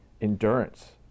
endurance